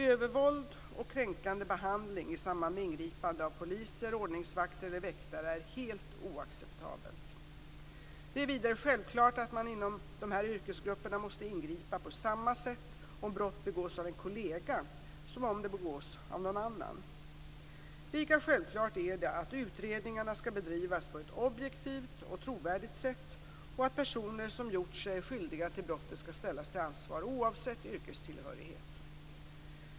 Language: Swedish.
Övervåld och kränkande behandling i samband med ingripanden av poliser, ordningsvakter eller väktare är helt oacceptabelt. Det är vidare självklart att man inom dessa yrkesgrupper måste ingripa på samma sätt om brott begås av en kollega som om det begås av någon annan. Lika självklart är det att utredningarna skall bedrivas på ett objektivt och trovärdigt sätt och att personer som har gjort sig skyldiga till brott skall ställas till ansvar oavsett yrkestillhörighet.